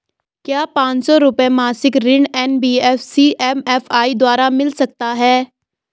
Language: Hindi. क्या पांच सौ रुपए मासिक ऋण एन.बी.एफ.सी एम.एफ.आई द्वारा मिल सकता है?